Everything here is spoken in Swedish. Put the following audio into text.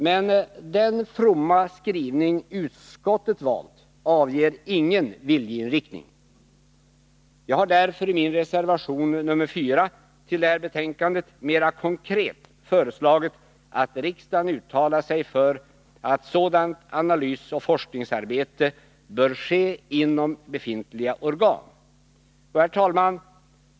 Men den fromma skrivning utskottet valt anger ingen viljeinriktning. Jag har därför i min reservation nr 4 till det här betänkandet mera konkret föreslagit att riksdagen uttalar sig för att sådant analysoch forskningsarbete bör ske inom befintliga organ. Herr talman!